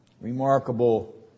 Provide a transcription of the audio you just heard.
Remarkable